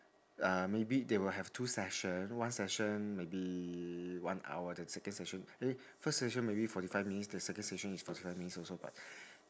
uh maybe they will have two session one session maybe one hour then second session eh first session maybe forty five minutes then second session is forty five minutes also but